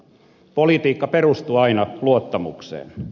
politiikka perustuu aina luottamukseen